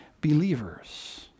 believers